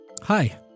Hi